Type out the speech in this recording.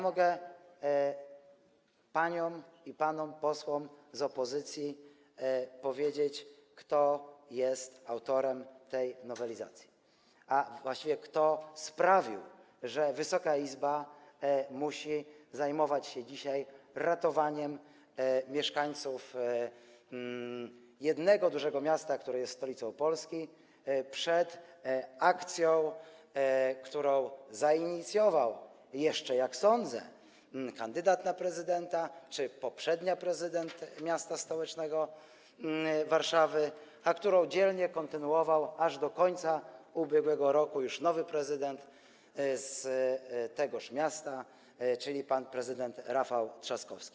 Mogę paniom i panom posłom z opozycji powiedzieć, kto jest autorem tej nowelizacji, a właściwie kto sprawił, że Wysoka Izba musi dzisiaj zajmować się ratowaniem mieszkańców jednego dużego miasta, które jest stolicą Polski, przed akcją, którą zainicjował jeszcze, jak sądzę, kandydat na prezydenta czy poprzednia prezydent m.st. Warszawy, a którą dzielnie kontynuował, aż do końca ubiegłego roku, już nowy prezydent tegoż miasta, czyli pan Rafał Trzaskowski.